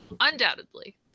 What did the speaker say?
undoubtedly